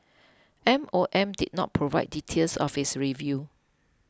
M O M did not provide details of its review